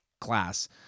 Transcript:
class